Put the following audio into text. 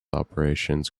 operations